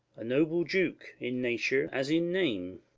a noble duke, in nature as in name.